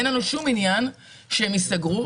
אין לנו שום עניין שהם ייסגרו,